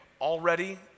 already